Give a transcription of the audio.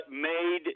made